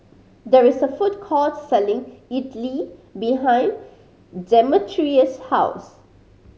there is a food court selling Idili behind Demetrius' house